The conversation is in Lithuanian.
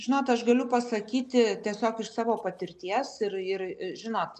žinot aš galiu pasakyti tiesiog iš savo patirties ir ir žinot